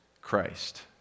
Christ